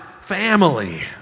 family